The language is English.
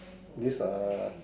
this uh